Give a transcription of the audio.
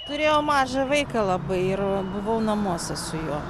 turėjau mažą vaiką labai ir buvau namuose su juo